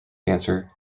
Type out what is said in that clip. cancer